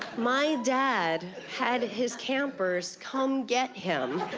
my dad had his campers come get him.